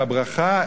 שהברכה,